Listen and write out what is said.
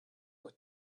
were